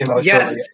yes